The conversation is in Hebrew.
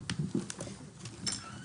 ננעלה בשעה 12:04.